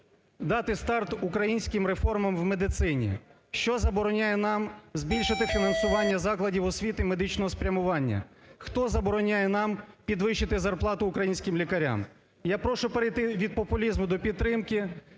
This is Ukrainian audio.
дати старт українським реформам в медицині? Що забороняє нам збільшити фінансування закладів освіти медичного спрямування? Хто забороняє нам підвищити зарплату українським лікарям? Я прошу перейти від популізму до підтримки